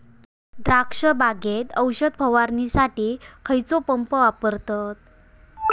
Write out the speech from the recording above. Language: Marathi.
द्राक्ष बागेत औषध फवारणीसाठी खैयचो पंप वापरतत?